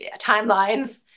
timelines